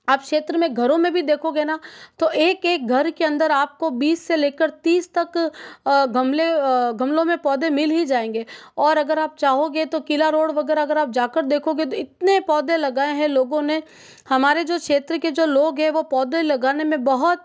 आप क्षेत्र में घरों में भी देखोगे ना तो एक एक घर के अंदर आप को बीस से लेकर तीस तक गमले गमलों में पौधे मिल ही जाएंगे और अगर आप चाहोगे तो किला रोड वगैरह अगर आप जाकर देखोगे तो इतने पौधे लगाए हैं लोगों ने हमारे जो क्षेत्र के जो लोग हैं वह पौधे लगाने में बहुत